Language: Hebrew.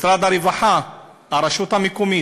משרד הרווחה, הרשות המקומית,